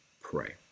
pray